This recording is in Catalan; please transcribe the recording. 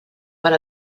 per